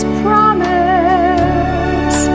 promise